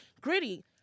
gritty